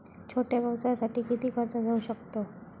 छोट्या व्यवसायासाठी किती कर्ज घेऊ शकतव?